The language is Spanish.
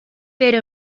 pero